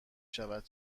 شود